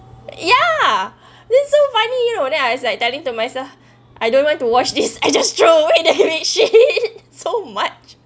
ya then so funny you know then I was like telling to myself I don't want to watch this I just throw away the shit so much